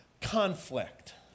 conflict